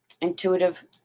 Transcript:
Intuitive